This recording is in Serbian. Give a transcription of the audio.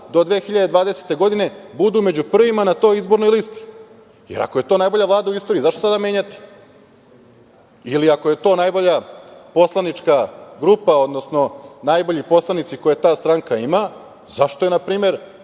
do 2020. godine budu među prvima na toj izbornoj listi. Jer, ako je to najbolja Vlada u istoriji, zašto sada menjati? Ili, ako je to najbolja poslanička grupa, odnosno najbolji poslanici koje ta stranka ima, zašto je, na primer,